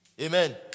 Amen